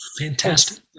Fantastic